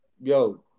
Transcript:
yo